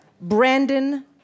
Brandon